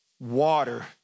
Water